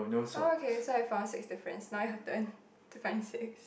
oh okay so I found six difference now you have one to find six